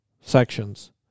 sections